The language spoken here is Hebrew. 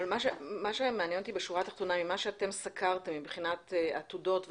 מה שמעניין אותי לפי מה שאתם סקרתם - מבחינת עתודות ותכניות,